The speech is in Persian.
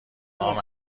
نام